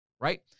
right